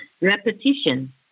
Repetition